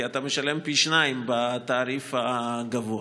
כי אתה משלם פי שניים בתעריף הגבוה,